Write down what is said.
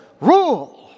rule